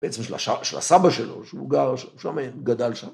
בעצם של הסבא שלו, שהוא גר שם, גדל שם.